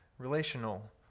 Relational